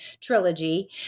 trilogy